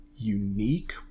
unique